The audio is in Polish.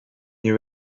nie